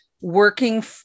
working